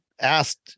asked